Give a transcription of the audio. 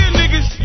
niggas